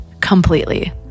completely